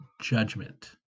judgment